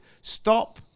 Stop